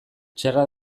txarra